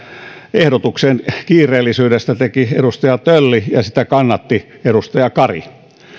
ehdotuksen kiireellisyydestä teki edustaja tölli ja sitä kannatti edustaja kari